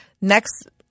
Next